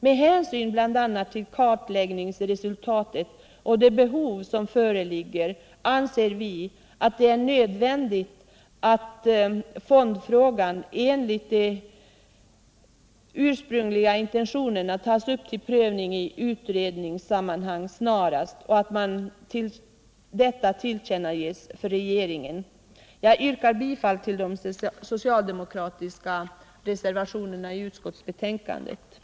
Med hänsyn bl.a. till kartläggningsresultatet och det behov som föreligger anser vi att det är nödvändigt att fondfrågan enligt de ursprungliga intentionerna tas upp till prövning i utredningssammanhang snarast och att detta tillkännages regeringen. Jag yrkar bifall till de socialdemokratiska reservationerna vid arbetsmarknadsutskottets betänkande nr 21.